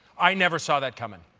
i never saw that coming.